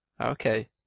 Okay